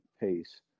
pace